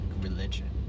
religion